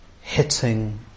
hitting